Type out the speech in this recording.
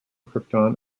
krypton